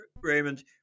Raymond